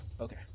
Okay